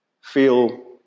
feel